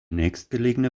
nächstgelegene